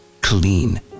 clean